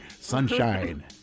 sunshine